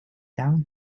down